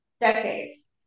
decades